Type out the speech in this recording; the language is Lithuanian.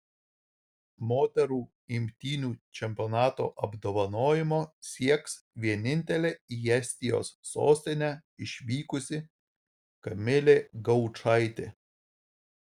moterų imtynių čempionato apdovanojimo sieks vienintelė į estijos sostinę išvykusi kamilė gaučaitė